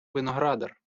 виноградар